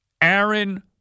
Aaron